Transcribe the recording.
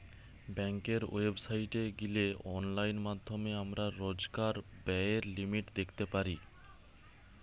বেংকের ওয়েবসাইটে গিলে অনলাইন মাধ্যমে আমরা রোজকার ব্যায়ের লিমিট দ্যাখতে পারি